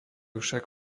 však